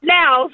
now